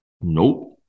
Nope